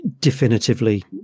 definitively